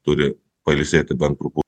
turi pailsėti bent truputį